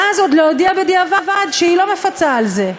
ואז עוד להודיע בדיעבד שהיא לא מפצה על זה,